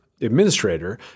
administrator